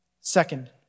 Second